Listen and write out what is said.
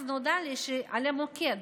אז נודע לי על המוקד